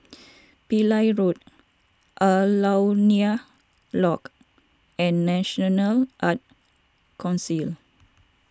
Pillai Road Alaunia Lodge and National Arts Council